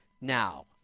Now